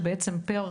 שבעצם לגביהן